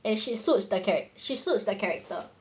and she suits the char~ she suits that character